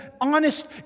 honest